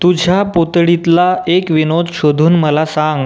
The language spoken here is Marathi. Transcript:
तुझ्या पोतडीतला एक विनोद शोधून मला सांग